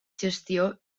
gestió